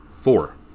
Four